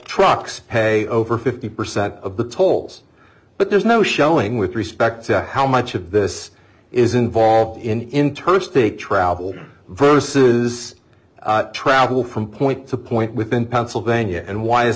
trucks pay over fifty percent of the tolls but there's no showing with respect to how much of this is involved in inter state travel versus travel from point to point within pennsylvania and why is